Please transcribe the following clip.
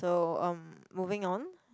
though um moving on